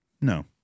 No